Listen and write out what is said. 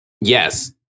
Yes